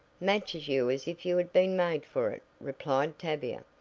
matches you as if you had been made for it, replied tavia,